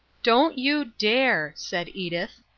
don't you dare, said edith.